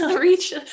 reach